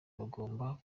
bagomba